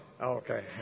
Okay